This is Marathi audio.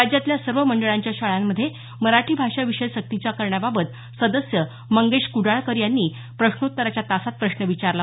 राज्यातल्या सर्व मंडळांच्या शाळांमध्ये मराठी भाषा विषय सक्तीचा करण्याबाबत सदस्य मंगेश कुडाळकर यांनी प्रश्नोत्तराच्या तासात प्रश्न विचारला